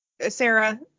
Sarah